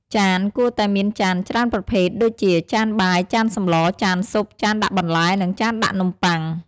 ចាន គួរតែមានចានច្រើនប្រភេទដូចជា ចានបាយ ចានសម្ល ចានស៊ុប ចានដាក់បន្លែ និងចានដាក់នំប៉័ង។